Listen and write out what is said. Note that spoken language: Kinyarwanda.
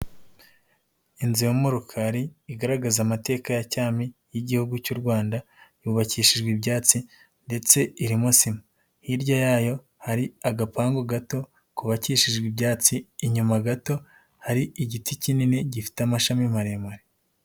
Inzu yo murukari igaragaza amateka ya cyami, y'Igihugu cy'u Rwanda yubakishijwe ibyatsi ndetse irimo sima, hirya yayo hari agapangu gato kubabakishijwe ibyatsi, inyuma gato hari igiti kinini gifite amashami maremare.